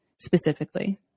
specifically